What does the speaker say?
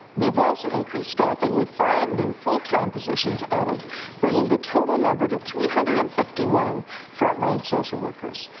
we have also increased staffing with five new full-time positions added bringing the total number to three hundred and fifty one front line social workers.